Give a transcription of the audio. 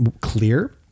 clear